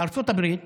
בארצות הברית